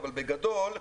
אבל בגדול: